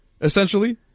essentially